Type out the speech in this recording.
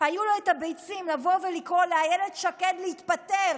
היו את הביצים לבוא ולקרוא לאילת שקד להתפטר